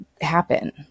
happen